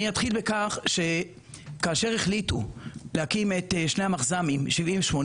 אני אתחיל בכך שכאשר החליטו להקים את שני המחז"מים 70 ו-80